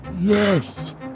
Yes